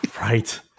Right